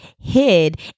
hid